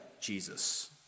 Jesus